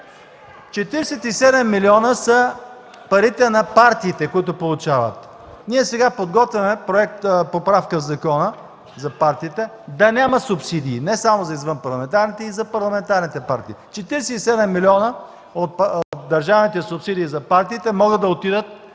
милиона са парите на партиите, които получават. Ние сега подготвяме поправка в Закона за партиите да няма субсидии – не само за извънпарламентарните, и за парламентарните партии. Четиридесет и седем милиона от държавните субсидии за партиите могат също така